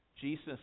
Jesus